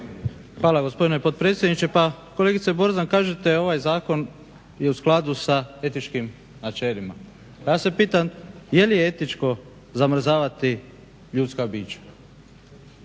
Hvala, gospodine potpredsjedniče. Pa kolegice Borzan, kažete ovaj zakon je u skladu sa etičkim načelima. Ja se pitam je li etičko zamrzavati ljudska bića,